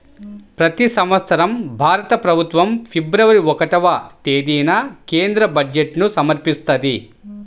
ప్రతి సంవత్సరం భారత ప్రభుత్వం ఫిబ్రవరి ఒకటవ తేదీన కేంద్ర బడ్జెట్ను సమర్పిస్తది